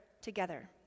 together